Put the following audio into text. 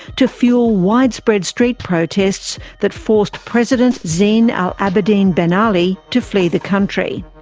to fuel widespread street protests that forced president zine al-abidine ben ali to flee the country.